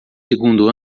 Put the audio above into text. segundo